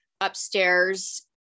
upstairs